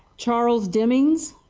charles dimmings?